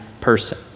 person